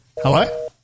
hello